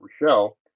Rochelle